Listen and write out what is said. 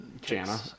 Jana